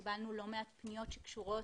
קיבלנו לא מעט פניות שקשורות